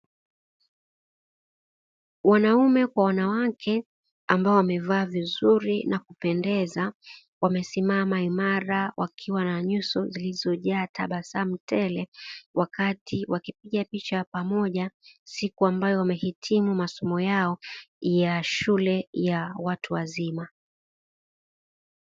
Wanaume kwa wanawake ambao wamevaa vizuri na kupendeza, wamesimama imara wakiwa na nyuso zilizojaa tabasamu tele, wakati wakipiga picha ya pamoja siku ambayo wamehitimu masomo yao ya shule ya watu wazima.